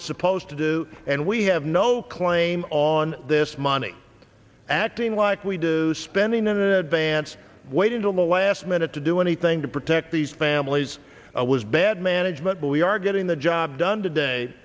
it's supposed to do and we have no claim on this money acting like we do spending in the pants waiting till the last minute to do anything to protect these families was bad management but we are getting the job done today